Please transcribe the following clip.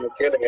Okay